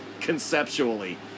conceptually